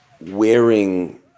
wearing